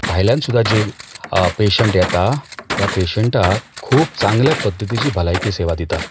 भायल्यान सुद्दा जे आ पेशण्ट येतात त्या पेशण्टाक खूब चांगल्या पद्दतीची भलायकी सेवा दिता